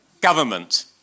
government